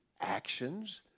Actions